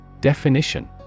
Definition